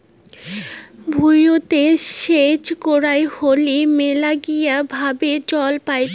ভুঁইতে সেচ করাং হলি মেলাগিলা ভাবে জল পাইচুঙ